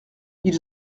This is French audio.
ils